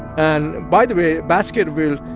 and by the way, baskerville,